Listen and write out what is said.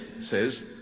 says